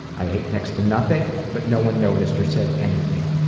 i ate next to nothing but no one noticed or said anything.